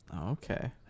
Okay